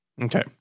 Okay